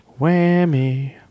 whammy